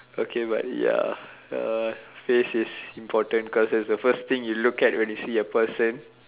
okay but ya uh face is important cause it's a first thing you look at when you see a person